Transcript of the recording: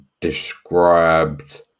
described